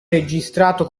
registrato